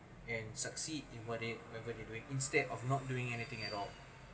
and succeed in whatev~ whatever they are doing instead of not doing anything at all